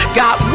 got